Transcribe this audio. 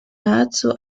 nahezu